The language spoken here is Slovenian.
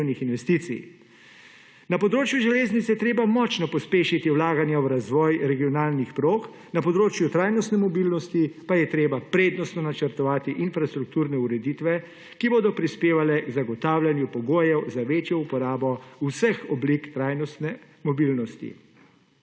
Na področju železnic je treba močno pospešiti vlaganja v razvoj regionalnih prog, na področju trajnostne mobilnosti pa je treba prednostno načrtovati infrastrukturne ureditve, ki bodo prispevale k zagotavljanju pogojev za večjo uporabo vseh oblik trajnostne mobilnosti.